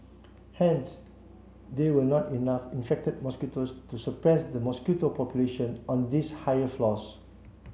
hence there were not enough infected mosquitoes to suppress the mosquito population on these higher floors